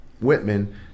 Whitman